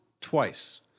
twice